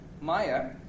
Maya